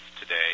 today